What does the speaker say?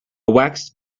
waxed